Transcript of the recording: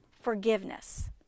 forgiveness